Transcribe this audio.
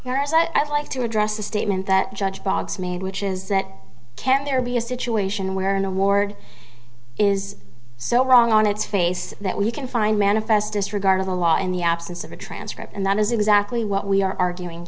i'd like to address a statement that judge boggs made which is that can there be a situation where an award is so wrong on its face that we can find manifest disregard of the law in the absence of a transcript and that is exactly what we are arguing